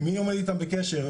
מי עומד איתם בקשר?